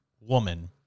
woman